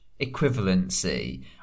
equivalency